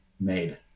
made